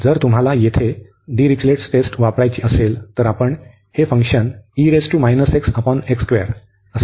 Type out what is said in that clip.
जर तुम्हाला येथे दिरिचलेट टेस्ट वापरायची असेल तर आपण हे फंक्शन घेऊ शकतो